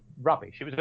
rubbish